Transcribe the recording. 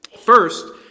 First